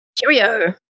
Cheerio